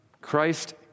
Christ